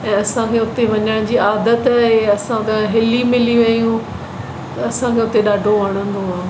ऐं असांखे हुते वञणु जी आदत आहे असां त हिली मिली रहियूं असांखे हुते ॾाढो वणंदो आहे